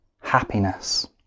happiness